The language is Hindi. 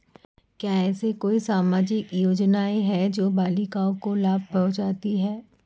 क्या ऐसी कोई सामाजिक योजनाएँ हैं जो बालिकाओं को लाभ पहुँचाती हैं?